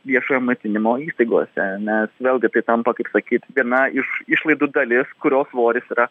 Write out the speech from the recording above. viešojo maitinimo įstaigose nes vėlgi tai tampa kaip sakyt viena iš išlaidų dalis kurios svoris yra